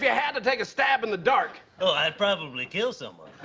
yeah had to take a stab in the dark. well, i'd probably kill someone.